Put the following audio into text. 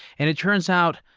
and it turns out,